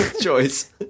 choice